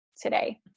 today